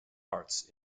arts